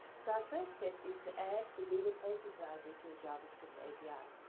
so our first step is to add the google places library to the javascript api.